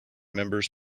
members